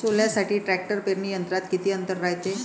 सोल्यासाठी ट्रॅक्टर पेरणी यंत्रात किती अंतर रायते?